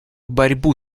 борьбу